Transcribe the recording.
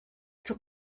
zum